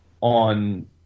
on